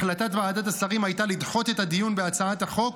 החלטת ועדת השרים הייתה לדחות את הדיון בהצעת החוק.